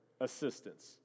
assistance